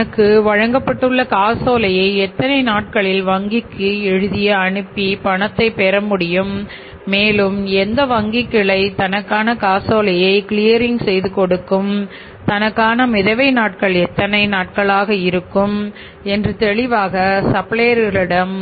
தனக்கு வழங்கப்பட்டுள்ள காசோலையை எத்தனை நாட்களில் வங்கிக்குச் எழுதி அனுப்பி பணத்தை பெற முடியும் மேலும் எந்த வங்கி கிளை தனக்கான காசோலையை கிளியரிங் செய்து கொடுக்கும் தனக்கான மிதவை நாட்கள் எத்தனை நாட்களாக இருக்கும் என்று தெளிவாக சப்ளையர்கள்